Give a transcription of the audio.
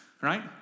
Right